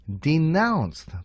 denounced